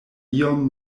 iom